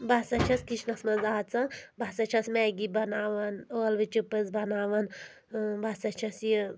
بہٕ ہسا چھَس کِچنَس منٛز اژان بہٕ ہسا چھس میگی بناوان ٲلوٕ چِپٔز بناوان بہٕ ہسا چھس یہِ